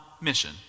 mission